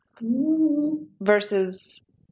versus